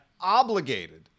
obligated